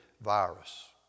virus